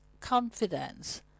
confidence